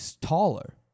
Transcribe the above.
taller